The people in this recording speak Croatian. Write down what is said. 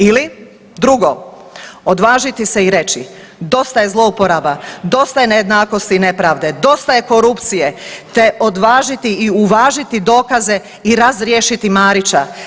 Ili drugo, odvažiti se i reći dosta je zlouporaba, dosta je nejednakosti i nepravde, dosta je korupcije te odvažiti i uvažiti dokaze i razriješiti Marića.